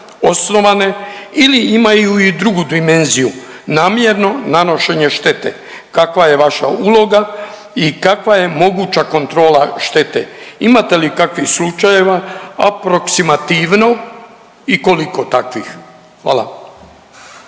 osnovna ili imaju i drugu dimenziju namjerno nanošenje štete, kakva je vaša uloga i kakva je moguća kontrola štete? Imate li kakvih slučajeva aproksimativno i koliko takvih? Hvala.